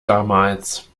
damals